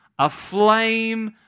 aflame